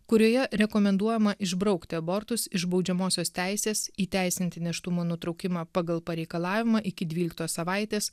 kurioje rekomenduojama išbraukti abortus iš baudžiamosios teisės įteisinti nėštumo nutraukimą pagal pareikalavimą iki dvyliktos savaitės